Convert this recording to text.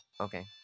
okay